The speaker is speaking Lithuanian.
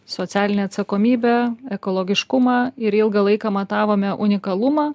socialinę atsakomybę ekologiškumą ir ilgą laiką matavome unikalumą